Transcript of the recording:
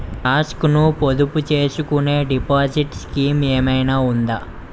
Talks ను పొదుపు చేసుకునే డిపాజిట్ స్కీం ఏదైనా ఉందా?